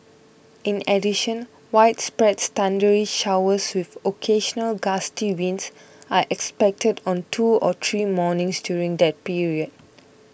in addition widespread thundery showers with occasional gusty winds are expected on two or three mornings during that period